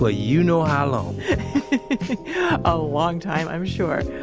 ah you know how long a long time, i'm sure.